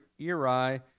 Eri